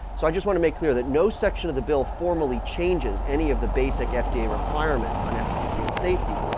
so i just want to make clear that no section of the bill formally changes any of the basic fda requirements on efficacy and safety.